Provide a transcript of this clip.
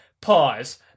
Pause